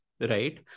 right